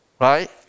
right